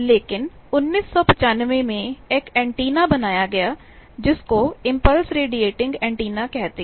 लेकिन 1995 में एक एंटीना बनाया गया जिसको इम्पल्स रेडिएटिंग ऐन्टेना कहते हैं